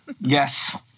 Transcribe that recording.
Yes